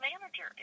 manager